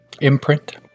imprint